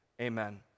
amen